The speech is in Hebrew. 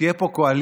שתהיה פה קואליציה